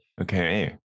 Okay